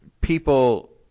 people